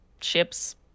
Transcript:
ships